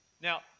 Now